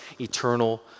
eternal